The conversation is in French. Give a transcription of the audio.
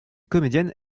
comédienne